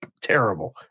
terrible